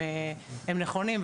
הם נכונים.